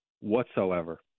whatsoever